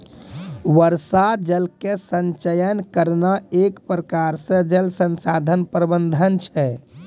वर्षा जल के संचयन करना एक प्रकार से जल संसाधन प्रबंधन छै